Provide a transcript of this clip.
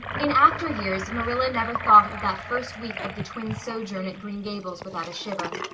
in after years marilla never thought of that first week of the twins' sojourn at green gables without a shiver.